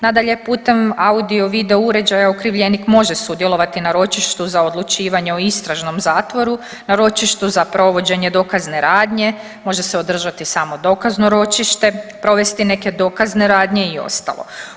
Nadalje, putem audio video uređaja okrivljenik može sudjelovati na ročištu za odlučivanju o istražnom zatvoru, na ročištu za provođenje dokazne radnje, može se održati samo dokazno ročište, provesti neke dokazne radnje i ostalo.